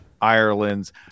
Ireland's